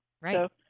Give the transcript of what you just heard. Right